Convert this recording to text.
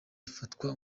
ifatwa